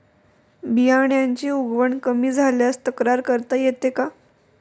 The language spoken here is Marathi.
बियाण्यांची उगवण कमी झाल्यास तक्रार करता येते का?